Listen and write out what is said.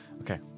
Okay